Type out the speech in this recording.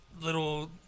little